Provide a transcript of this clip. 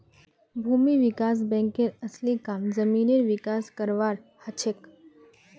भूमि विकास बैंकेर असली काम जमीनेर विकास करवार हछेक